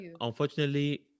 unfortunately